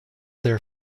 their